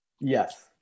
Yes